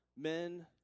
men